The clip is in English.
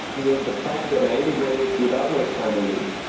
the the fact that i immigrated without my family,